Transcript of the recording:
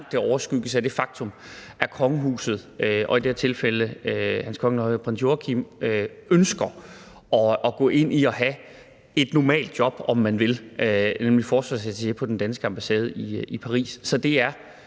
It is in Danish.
langt overskygges af det faktum, at kongehuset – i det her tilfælde Hans Kongelige Højhed Prins Joachim – ønsker at gå ind i at have et normalt job, om man vil, nemlig som forsvarsattaché på den danske ambassade i Paris. Så de